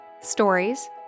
stories